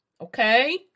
okay